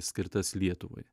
skirtas lietuvai